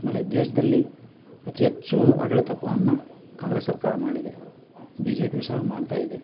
ಆಮೇಲೆ ದೇಶದಲ್ಲಿ ಅತಿ ಹೆಚ್ಚು ಆಡಳಿತವನ್ನ ಕಾಂಗ್ರೆಸ್ ಸರ್ಕಾರ ಮಾಡಿದೆ ಬಿ ಜೆ ಪಿಯು ಸಹ ಮಾಡ್ತಾಯಿದೆ